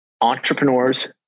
Entrepreneurs